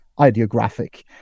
ideographic